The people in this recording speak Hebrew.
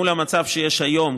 מול המצב שיש היום,